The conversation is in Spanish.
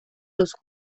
los